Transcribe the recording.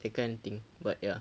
that kind of thing but ya